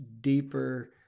deeper